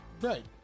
Right